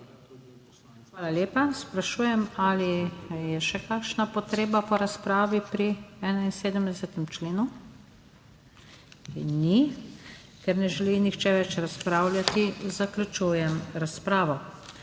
Hvala lepa. Sprašujem, ali je še kakšna potreba po razpravi pri 71. členu? Ni. Ker ne želi nihče več razpravljati, zaključujem razpravo.